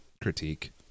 critique